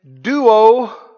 Duo